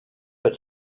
but